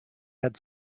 had